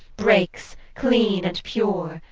breaks, clean and pure,